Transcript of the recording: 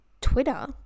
Twitter